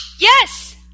Yes